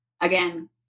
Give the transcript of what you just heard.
again